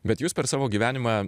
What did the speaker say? bet jūs per savo gyvenimą